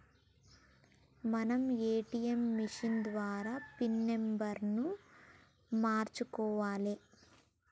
మనం ATM machine ద్వారా pin నెంబర్ను మార్చుకోవాలే